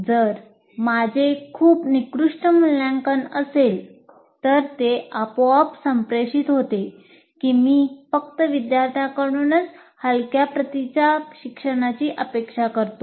जर माझे खूप निकृष्ट मूल्यांकन असेल तर ते आपोआप संप्रेषित होते की मी फक्त विद्यार्थ्यांकडूनच हलक्या प्रतीच्या शिक्षणाची अपेक्षा करतो